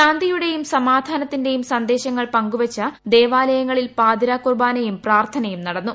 ശാന്തിയുടെയും സമാധാനത്തിന്റെയും സന്ദേശങ്ങൾ പങ്കുവച്ച് ദേവാലയങ്ങളിൽ പാതിരാകുർബാനയും പ്രാർത്ഥനയും നടന്നു